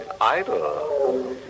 idle